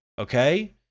Okay